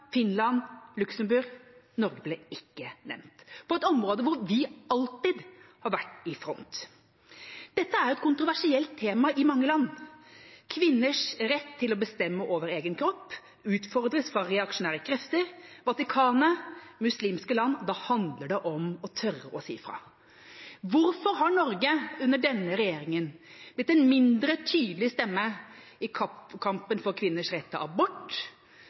Finland, Luxembourg. Norge ble ikke nevnt – på et område hvor vi alltid har vært i front. Dette er et kontroversielt tema i mange land. Kvinners rett til å bestemme over egen kropp utfordres fra reaksjonære krefter, Vatikanet, muslimske land. Da handler det om å tørre å si fra. Hvorfor har Norge under denne regjeringen blitt en mindre tydelig stemme i kampen for kvinners rett til abort,